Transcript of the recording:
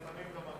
ולפעמים גם,